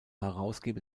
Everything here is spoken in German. herausgeber